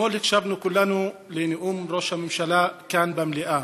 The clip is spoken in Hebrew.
אתמול הקשבנו כולנו לנאום ראש הממשלה כאן במליאה,